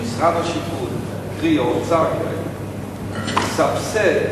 שמשרד השיכון, קרי האוצר, מסבסד,